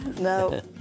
no